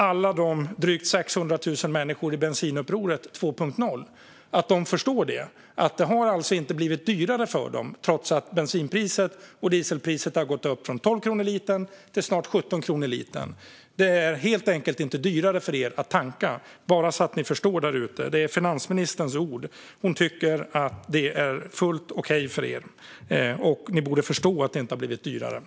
Alla de drygt 600 000 människorna i Bensinupproret 2.0 ska förstå att det inte har blivit dyrare för dem, trots att bensinpriset och dieselpriset har gått upp från 12 kronor litern till snart 17 kronor litern. Det är helt enkelt inte dyrare för er att tanka - bara så att ni där ute förstår. Det är finansministerns ord. Hon tycker att det är fullt okej för er. Ni borde förstå att det inte har blivit dyrare.